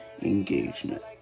engagement